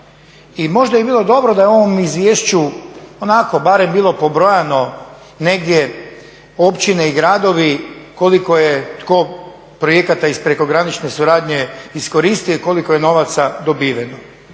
I možda bi bilo dobro da u ovom izvješću, onako barem bilo pobrojano negdje općine i gradovi kolik je tko projekata iz prekogranične suradnje iskoristio i koliko je novaca dobiveno.